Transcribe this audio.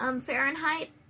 Fahrenheit